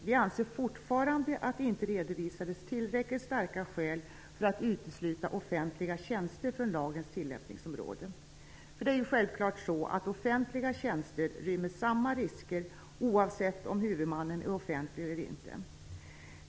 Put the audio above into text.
Vi anser fortfarande att det inte redovisades tillräckligt starka skäl för att utesluta offentliga tjänster från lagens tillämpningsområde. Tjänster rymmer självklart samma risker oavsett om huvudmannen är offentlig eller inte.